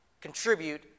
contribute